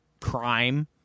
crime